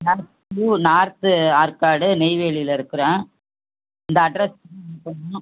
north north Arcot நெய்வேலியில இருக்குறேன் இந்த அட்ரெஸ்க்கு டெலிவரி பண்ணணும்